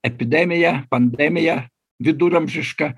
epidemija pandemija viduramžiška